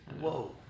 Whoa